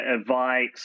advice